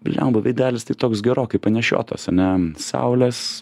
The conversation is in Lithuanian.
blemba veidelis tai toks gerokai panešiotos ane saulės